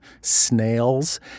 snails